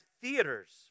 theaters